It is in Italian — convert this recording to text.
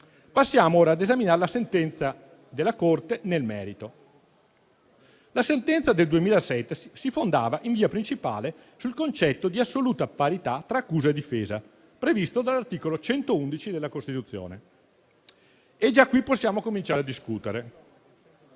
Passiamo ora a esaminare la sentenza della Corte nel merito. La sentenza del 2007 si fondava in via principale sul concetto di assoluta parità tra accusa e difesa, previsto dall'articolo 111 della Costituzione. E già qui possiamo cominciare a discutere.